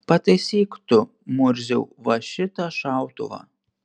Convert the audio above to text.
pataisyk tu murziau va šitą šautuvą